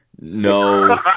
no